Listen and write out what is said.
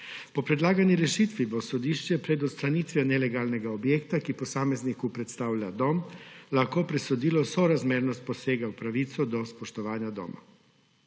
Po predlagani rešitvi bo sodišče pred odstranitvijo nelegalnega objekta, ki posamezniku predstavlja dom, lahko presodilo sorazmernost posega v pravico do spoštovanja doma.